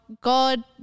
God